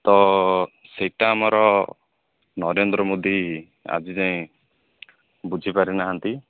ତ ସେଟା ଆମର ନରେନ୍ଦ୍ର ମୋଦି ଆଜି ଯାଏ ବୁଝି ପାରି ନାହାନ୍ତି